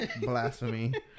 blasphemy